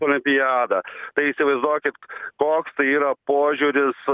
olimpiada tai įsivaizduokit koks tai yra požiūris